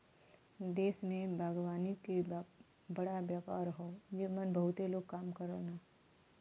देश में बागवानी के बड़ा व्यापार हौ जेमन बहुते लोग काम करलन